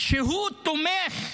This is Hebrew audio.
שהוא תומך,